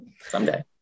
someday